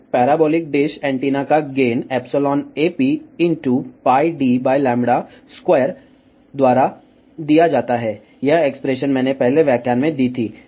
तो parabolic dish antenna का gain εap πdλ2 द्वारा दिया जाता है यह एक्सप्रेशन मैंने पहले व्याख्यान में दी थी